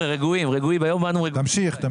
תמשיך.